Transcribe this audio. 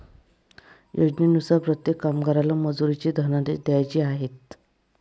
योजनेनुसार प्रत्येक कामगाराला मजुरीचे धनादेश द्यायचे आहेत